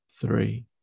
three